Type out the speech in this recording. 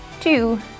two